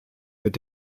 mit